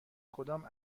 کدام